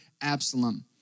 Absalom